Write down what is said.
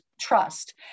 trust